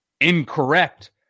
incorrect